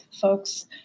folks